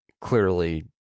clearly